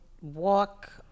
walk